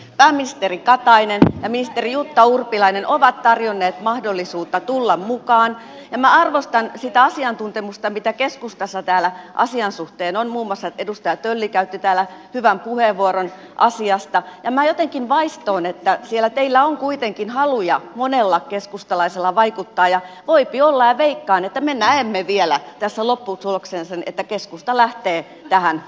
pääministeri katainen ja ministeri jutta urpilainen ovat tarjonneet mahdollisuutta tulla mukaan ja minä arvostan sitä asiantuntemusta mitä keskustassa täällä asian suhteen on muun muassa edustaja tölli käytti täällä hyvän puheenvuoron asiasta ja minä jotenkin vaistoan että siellä teillä on kuitenkin haluja monella keskustalaisella vaikuttaa ja voipi olla ja veikkaan että me näemme vielä tässä lopputuloksena sen että keskusta lähtee tähän mukaan